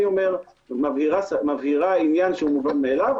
אני אומר מבהירה עניין שהוא מובן מאליו.